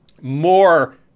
more